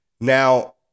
Now